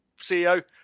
CEO